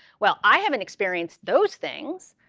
well, i haven't experienced those things,